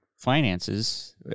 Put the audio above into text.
finances